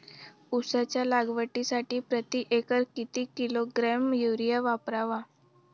उसाच्या लागवडीसाठी प्रति एकर किती किलोग्रॅम युरिया वापरावा?